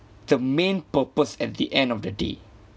the main purpose at the end of the day